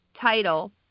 title